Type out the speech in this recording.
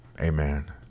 Amen